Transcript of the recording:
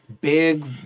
big